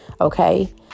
okay